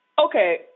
Okay